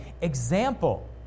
example